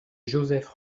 joseph